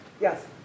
Yes